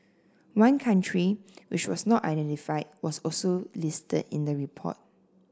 one country which was not identified was also listed in the report